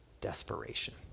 desperation